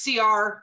cr